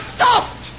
soft